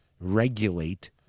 regulate